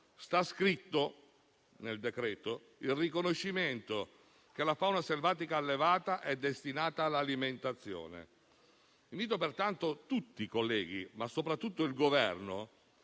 è compreso il riconoscimento del fatto che la fauna selvatica allevata è destinata all'alimentazione. Invito pertanto tutti i colleghi, ma soprattutto il Governo,